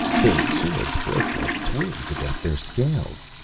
their swords broke like twigs against their scales!